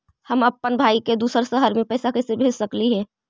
हम अप्पन भाई के दूसर शहर में पैसा कैसे भेज सकली हे?